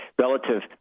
relative